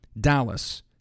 Dallas